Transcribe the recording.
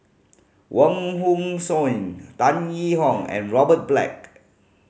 Wong Hong Suen Tan Yee Hong and Robert Black